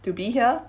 to be here